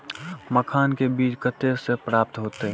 मखान के बीज कते से प्राप्त हैते?